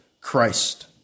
Christ